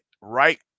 right